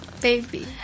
Baby